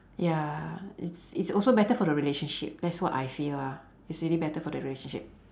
ya it's it's also better for the relationship that's what I feel ah it's really better for the relationship